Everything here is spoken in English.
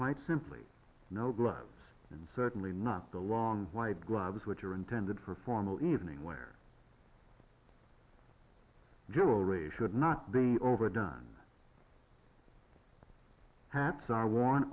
quite simply no gloves and certainly not the long white gloves which are intended for formal evening wear jewelry should not be overdone hats are w